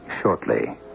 shortly